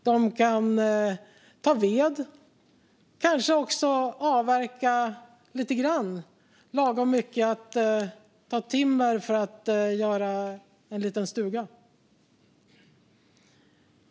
De kan ta ved och kanske också avverka lite grann - lagom mycket med timmer för att göra en liten stuga.